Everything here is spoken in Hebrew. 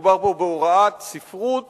מדובר פה בהוראת ספרות